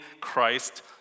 Christ